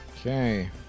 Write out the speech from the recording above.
Okay